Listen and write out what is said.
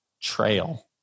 trail